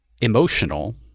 emotional